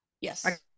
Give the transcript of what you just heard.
Yes